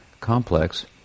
complex